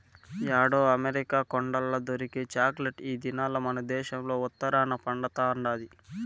యాడో అమెరికా కొండల్ల దొరికే చాక్లెట్ ఈ దినాల్ల మనదేశంల ఉత్తరాన పండతండాది